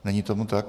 Není tomu tak?